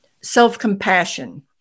self-compassion